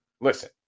Listen